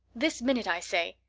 this minute, i say.